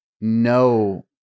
no